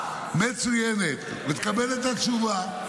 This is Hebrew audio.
מצוינת, ותקבל את התשובה,